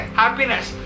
happiness